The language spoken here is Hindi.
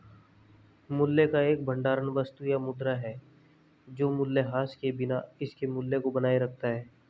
मूल्य का एक भंडार वस्तु या मुद्रा है जो मूल्यह्रास के बिना इसके मूल्य को बनाए रखता है